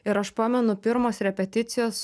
ir aš pamenu pirmos repeticijos